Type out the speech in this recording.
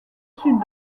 sud